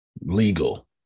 legal